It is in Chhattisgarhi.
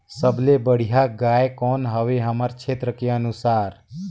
सबले बढ़िया गाय कौन हवे हमर क्षेत्र के अनुसार?